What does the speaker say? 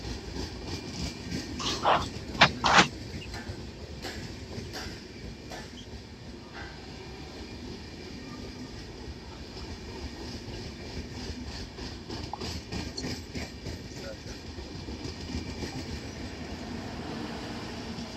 Amashanyarazi ni ikintu dukenera igihe cyose ku munsi wa buri munsi, aho tukayakoresha mu nganda zikora ibiribwa bitandukanye, n'ibinyobwa bitandukanye, ikindi tukayakoresha turi gukoresha amapasi, turi gutera imyenda yacu, mu gutera imyenda yacu ipasi.